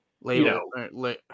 label